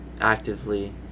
actively